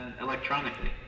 electronically